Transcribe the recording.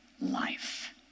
life